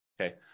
Okay